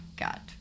god